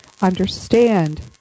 understand